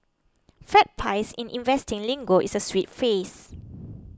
fat pies in investing lingo is a sweet phrase